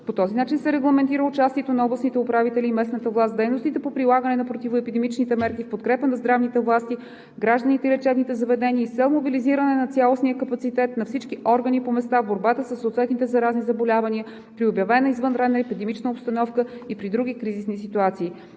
По този начин се регламентира участието на областните управители и местната власт в дейностите по прилагането на противоепидемичните мерки в подкрепа на здравните власти, гражданите и лечебните заведения и с цел мобилизиране на цялостния капацитет на всички органи по места в борбата със съответните заразни заболявания при обявена извънредна епидемична обстановка и при други кризисни ситуации.